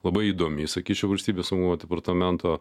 labai įdomi sakyčiau valstybės saugumo departamento